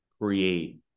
create